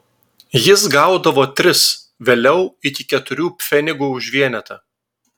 jis gaudavo tris vėliau iki keturių pfenigų už vienetą